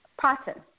pattern